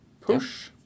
push